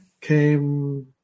came